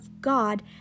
God